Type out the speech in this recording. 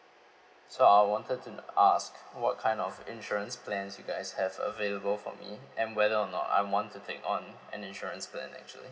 so I wanted to n~ ask what kind of insurance plans you guys have available for me and whether or not I want to take on an insurance plan actually